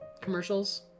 commercials